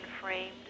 framed